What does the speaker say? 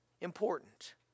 important